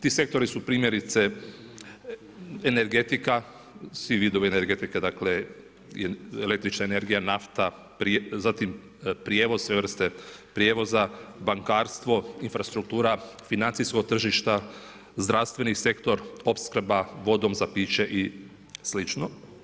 Ti sektori su primjerice energetika,… energetika, dakle električna energija, nafta, zatim prijevoz, sve vrste prijevoza, bankarstvo, infrastruktura, financijska tržišta, zdravstveni sektor, opskrba vodom za piće i slično.